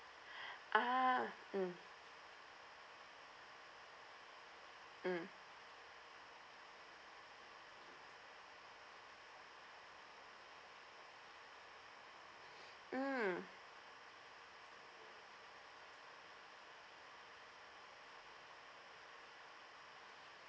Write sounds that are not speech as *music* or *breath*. *breath* ah mm